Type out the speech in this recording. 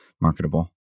marketable